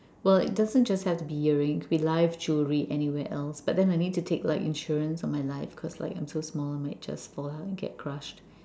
well it doesn't have to be earrings can be live jewelries anywhere else but then I need to take like insurance for my life cause like I'm so small and might just fall off and get crushed